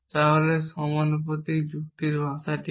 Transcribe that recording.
তাহলে সমানুপাতিক যুক্তির ভাষা কি